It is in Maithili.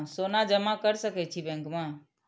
सोना जमा कर सके छी बैंक में?